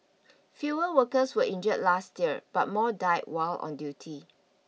fewer workers were injured last year but more died while on duty